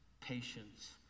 patience